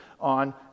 on